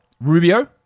Rubio